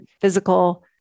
physical